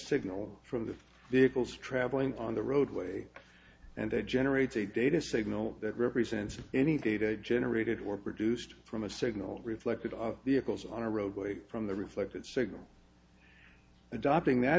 signal from the vehicles traveling on the roadway and that generates a data signal that represents any data generated or produced from a signal reflected of vehicles on a roadway from the reflected signal adopting that